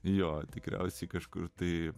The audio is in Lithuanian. jo tikriausiai kažkur tai